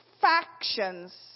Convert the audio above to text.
factions